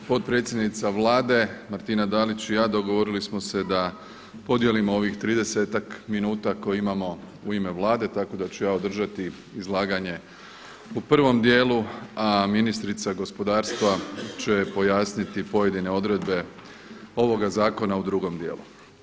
Potpredsjednica Vlade Martina Dalić i ja dogovorili smo se da podijelimo ovih 30-ak minuta koje imamo u ime Vlade, tako da ću ja održati izlaganje u prvom dijelu, a ministrica gospodarstva će pojasniti pojedine odredbe ovoga zakona u drugom dijelu.